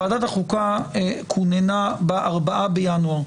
וועדת החוקה כוננה ב-4 בינואר,